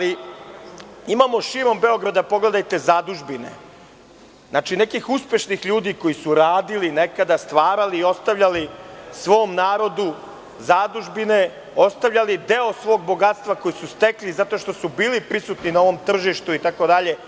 Imamo širom Beograda zadužbine nekih uspešnih ljudi koji su radili nekada, stvarali i ostavljali svom narodu zadužbine, ostavljali deo svog bogatstva koje su stekli zato što su bili prisutni na ovom tržištu itd.